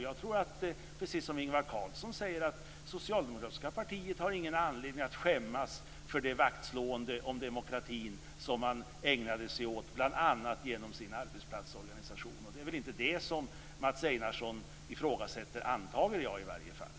Jag tror, precis som Ingvar Carlsson, att det socialdemokratiska partiet inte har någon anledning att skämmas för det vaktslående om demokratin som man ägnade sig åt bl.a. genom sin arbetsplatsorganisation. Jag antar att det inte är det Mats